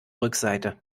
rückseite